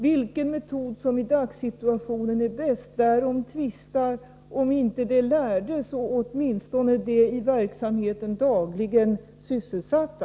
Vilken metod som i dagens situation är bäst, därom tvistar om inte de lärde så åtminstone de i verksamheten dagligen sysselsatta.